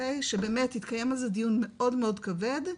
שבאמת התקיים על זה דיון מאוד כבד,